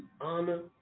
honor